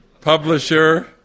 Publisher